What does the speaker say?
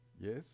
Yes